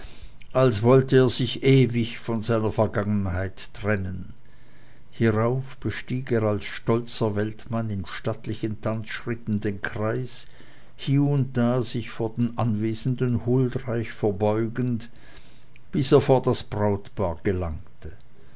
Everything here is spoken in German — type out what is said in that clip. als wollte er sich ewig von seiner vergangenheit trennen hierauf beging er als stolzer weltmann in stattlichen tanzschritten den kreis hie und da sich vor den anwesenden huldreich verbeugend bis er vor das brautpaar gelangte